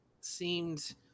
seemed